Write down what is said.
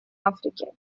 африки